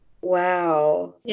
wow